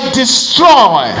destroy